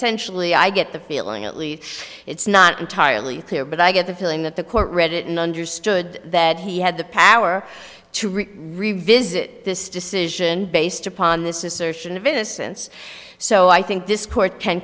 sensually i get the feeling at least it's not entirely clear but i get the feeling that the court read it and understood that he had the power to revisit this decision based upon this assertion of innocence so i think this